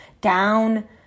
down